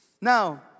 Now